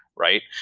right?